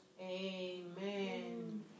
Amen